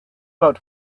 about